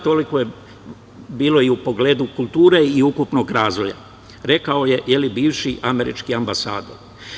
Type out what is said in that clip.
Tako je bilo i u pogledu kulture i ukupnog razvoja, rekao je bivši američki ambasador.